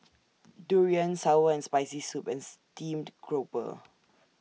Durian Sour and Spicy Soup and Steamed Grouper